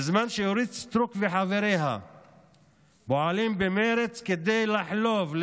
בזמן שאורית סטרוק וחבריה פועלים במרץ כדי לחלוב,